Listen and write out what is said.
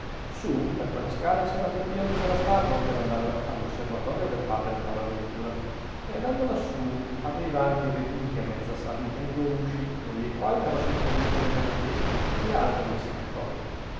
su per quella scala il serafino biondo c'era stato per andare all'osservatorio del padre bonaventura e andando lassù aveva anche veduti a mezza salita i due usci uno dei quali dava sul cornicione della chiesa e l'altro nel seccatoio